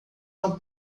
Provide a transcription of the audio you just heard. não